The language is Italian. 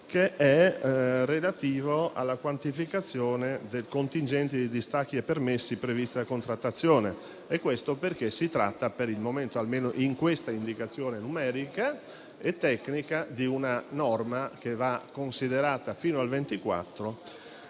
2024 per la quantificazione del contingente dei distacchi e permessi prevista dalla contrattazione. Questo perché si tratta per il momento, almeno in questa indicazione numerica e tecnica, di una norma che va considerata fino al